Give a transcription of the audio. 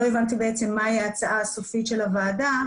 לא הבנתי מהי ההצעה הסופית של הוועדה.